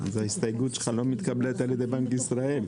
ההסתייגות שלך לא מתקבלת על ידי בנק ישראל,